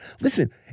Listen